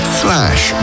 slash